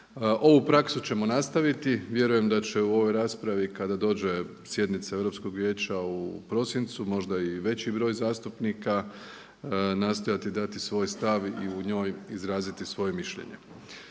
Ovu praksu ćemo nastaviti. Vjerujem da će u ovoj raspravi kada dođe sjednica Europskog vijeća u prosincu možda i veći broj zastupnika nastojati dati svoj stav i u njoj izraziti svoje mišljenje.